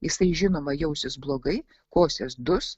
jisai žinoma jausis blogai kosės dus